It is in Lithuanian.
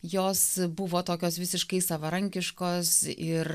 jos buvo tokios visiškai savarankiškos ir